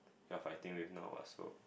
just finding with no us tho